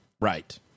Right